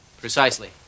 Precisely